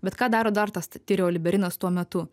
bet ką daro dar tas tirioliberinas tuo metu